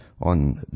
on